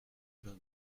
vingt